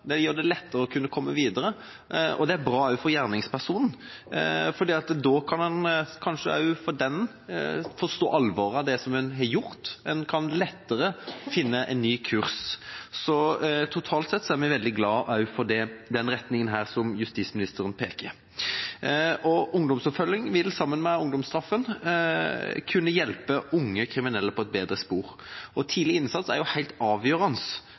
det gjør det lettere å kunne komme videre, og det er også bra for gjerningspersonen, fordi han da kanskje kan forstå alvoret i det han har gjort, og lettere finne en ny kurs. Så totalt sett er vi veldig glad for den retningen som justisministeren peker ut. Ungdomsoppfølging vil sammen med ungdomsstraff kunne hjelpe unge kriminelle på et bedre spor, for tidlig innsats er helt avgjørende